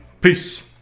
Peace